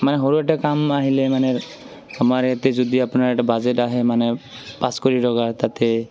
মানে সৰু এটা কাম আহিলে মানে আমাৰ ইয়াতে যদি আপোনাৰ এটা বাজেট আহে মানে পাঁচ কোটি টকা তাতে